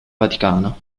vaticana